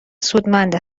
سودمند